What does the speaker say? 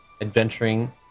adventuring